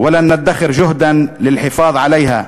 ולא נחסוך מאמץ לשמור עליה,